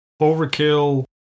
overkill